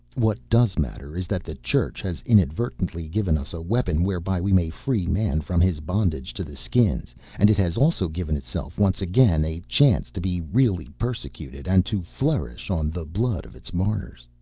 what does matter is that the church has inadvertently given us a weapon whereby we may free man from his bondage to the skins and it has also given itself once again a chance to be really persecuted and to flourish on the blood of its martyrs.